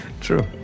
True